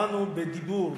באנו בדיבור.